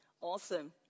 Awesome